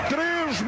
Três